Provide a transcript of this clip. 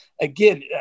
again